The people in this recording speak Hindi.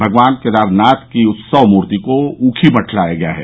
भगवान केदारनाथ की उत्सव मूर्ति को ऊखीमठ लाया गया है